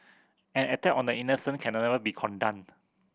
an attack on the innocent can never be condoned